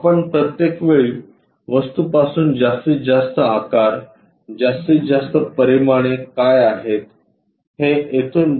आपण प्रत्येक वेळी वस्तूपासून जास्तीत जास्त आकार जास्तीत जास्त परिमाणे काय आहेत हे तेथून बघण्याचा प्रयत्न करतो